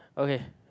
okay